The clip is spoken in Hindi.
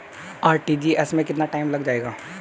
आर.टी.जी.एस में कितना टाइम लग जाएगा?